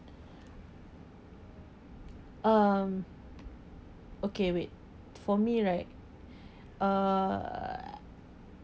um okay wait for me right err